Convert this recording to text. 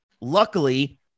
luckily